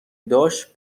داشت